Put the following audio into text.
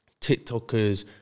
tiktokers